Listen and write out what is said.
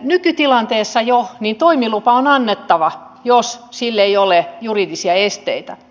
nykytilanteessa jo toimilupa on annettava jos sille ei ole juridisia esteitä